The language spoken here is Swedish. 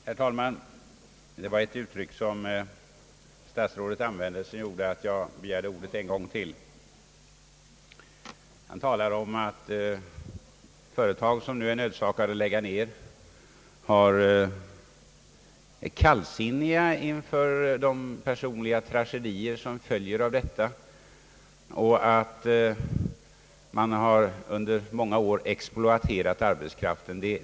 Herr talman! Det var ett uttryck som statsrådet använde som gjorde att jag begärde ordet en gång till. Statsrådet talade om att företag som är nödsakade att lägga ned driften är kallsinniga inför de personliga tragedier som följer av detta och att man under många år exploaterat arbetskraften.